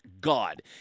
God